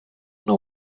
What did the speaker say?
know